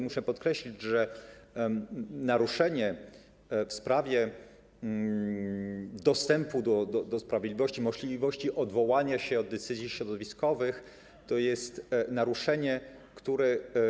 Muszę podkreślić, że naruszenie w sprawie dostępu do sprawiedliwości, możliwości odwołania się od decyzji środowiskowych to jest naruszenie, które.